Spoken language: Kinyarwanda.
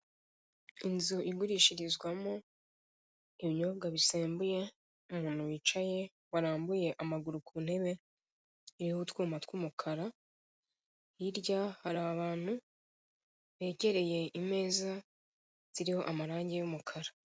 Inzu igurishirizwamo ibinyobwa bisembuye. Hari abantu bicaye barambuye amaguru ku ntebe, iriho utwuma tw'umukara. Hirya hari abantu begereye ku meza ziriho amarange y'umukara.